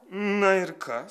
na ir kas